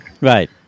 Right